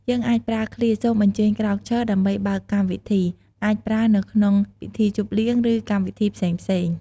យើងអាចប្រើឃ្លា «សូមអញ្ជើញក្រោកឈរ» ដើម្បីបើកកម្មវិធី អាចប្រើនៅក្នុងពិធីជប់លៀង ឬកម្មវិធីផ្សេងៗ។